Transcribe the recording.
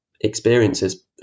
experiences